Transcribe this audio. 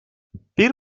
bir